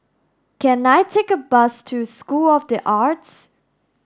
can I take a bus to School of The Arts